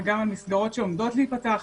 וגם המסגרות שעומדות להיפתח,